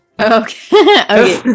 Okay